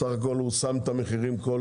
שם את המחירים.